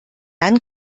dann